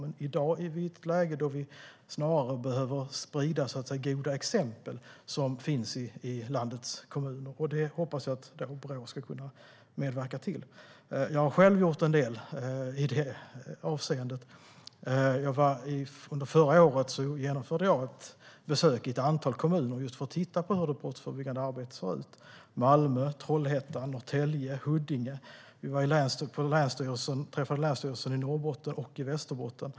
I dag är vi i ett läge då vi snarare behöver sprida goda exempel i landets kommuner. Det hoppas jag att Brå ska medverka till. Jag har själv gjort en del. Under förra året genomförde jag besök i ett antal kommuner för att titta på hur det brottsförebyggande arbetet ser ut. Det var Malmö, Trollhättan, Norrtälje och Huddinge. Vi träffade representanter för länsstyrelserna i Norrbotten och Västerbotten.